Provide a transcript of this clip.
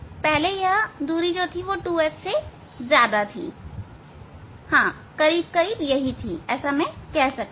पहले यह 2f से ज्यादा थी हां यह करीब यही थी मैं कह सकता हूं